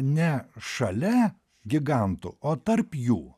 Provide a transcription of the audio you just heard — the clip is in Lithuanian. ne šalia gigantų o tarp jų